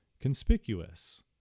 conspicuous